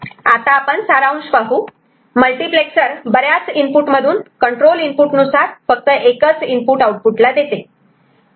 आता सारांश पाहू मल्टिप्लेक्सर बऱ्याच इनपुट मधून कंट्रोल इनपुट नुसार फक्त एकच इनपुट आऊटपुटला देते